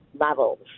levels